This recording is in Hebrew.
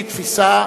שהיא תפיסה